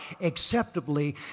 acceptably